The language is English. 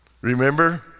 Remember